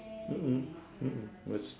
mm mm mm mm we're s~